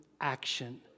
action